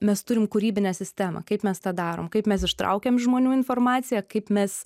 mes turim kūrybinę sistemą kaip mes tą darom kaip mes ištraukiam iš žmonių informaciją kaip mes